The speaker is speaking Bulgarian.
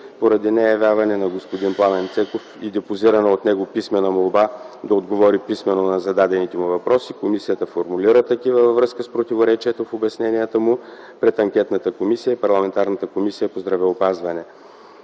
Поради неявяването на господин Пламен Цеков и депозираната от него писмена молба да отговори писмено на зададени му въпроси комисията формулира такива във връзка с противоречието в обясненията му пред анкетната комисия и парламентарната Комисия по здравеопазване.